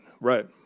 right